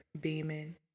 beaming